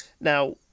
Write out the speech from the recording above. now